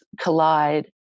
collide